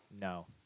No